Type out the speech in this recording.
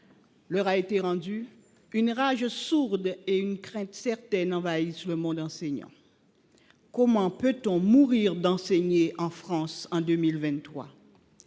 islamistes, une rage sourde et une crainte certaine envahissent le monde enseignant. Comment peut on mourir d’enseigner en France en 2023 ?